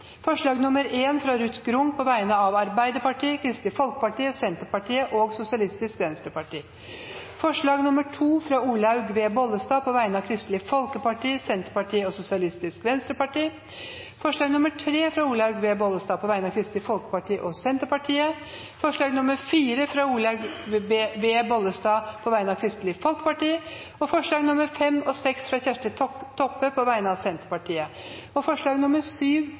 forslag. Det er forslag nr. 1, fra Ruth Grung på vegne av Arbeiderpartiet, Kristelig Folkeparti, Senterpartiet og Sosialistisk Venstreparti forslag nr. 2, fra Olaug V. Bollestad på vegne av Kristelig Folkeparti, Senterpartiet og Sosialistisk Venstreparti forslag nr. 3, fra Olaug V. Bollestad på vegne av Kristelig Folkeparti og Senterpartiet forslag nr. 4, fra Olaug V. Bollestad på vegne av Kristelig Folkeparti forslagene nr. 5 og 6, fra Kjersti Toppe på vegne av Senterpartiet forslag